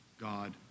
God